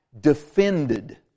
defended